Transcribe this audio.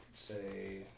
Say